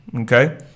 Okay